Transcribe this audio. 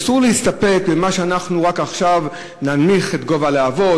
אסור להסתפק בכך שאנחנו עכשיו רק ננמיך את גובה הלהבות,